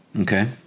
Okay